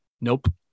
Nope